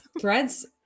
Threads